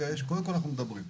אנחנו קודם כל מדברים,